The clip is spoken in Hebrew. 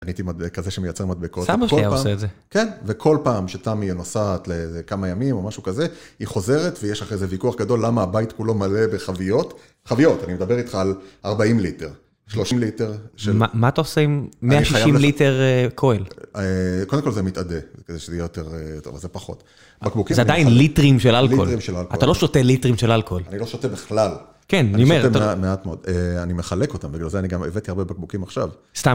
אני הייתי כזה שמייצר מדבקות... סבא שלי היה עושה את זה... וכל פעם שתמי נוסעת לכמה ימים או משהו כזה, היא חוזרת ויש לך איזה ויכוח גדול, למה הבית כולו מלא בחביות? חביות, אני מדבר איתך על 40 ליטר, 30 ליטר. מה אתה עושה עם 160 ליטר כוהל? קודם כל זה מתאדה, זה כזה שזה יהיה יותר, אבל זה פחות. זה עדיין ליטרים של אלכוהול, אתה לא שותה ליטרים של אלכוהול. אני לא שותה בכלל, אני שותה מעט מאוד, אני מחלק אותם, בגלל זה אני גם הבאתי הרבה בקבוקים עכשיו.